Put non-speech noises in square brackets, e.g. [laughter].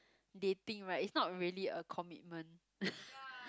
dating right is not really a commitment [laughs]